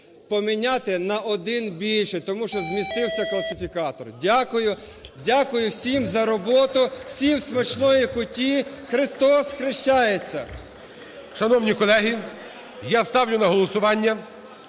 поміняти на один більше, тому що змістився класифікатор. Дякую. Дякую всім за роботу. Всім смачної куті. Христосхрещається! ГОЛОВУЮЧИЙ. Шановні колеги, я ставлю на голосування